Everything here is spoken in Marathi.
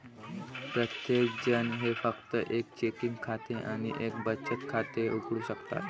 प्रत्येकजण जे फक्त एक चेकिंग खाते आणि एक बचत खाते उघडू शकतात